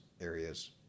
areas